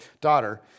daughter